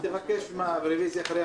אז אני שמח שהצדדים הגיעו